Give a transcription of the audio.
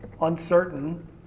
uncertain